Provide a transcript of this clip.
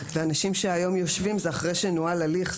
ואנשים שהיום יושבים זה אחרי שנוהל הליך,